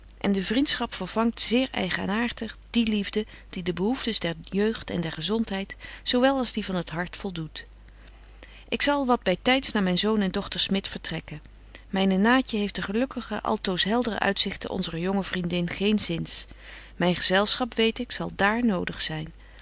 en de vriendschap vervangt zeer eigenaartig die liefde die de behoeftens der jeugd en der gezontheid zo wel als die van het hart voldoet ik zal wat by tyds naar myn zoon en dochter smit vertrekken myne naatje heeft de gelukkige altoos heldere uitzichten onzer jonge vriendin geenzins myn gezelschap weet ik zal dààr nodig zyn